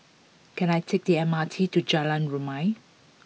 can I take the M R T to Jalan Rumia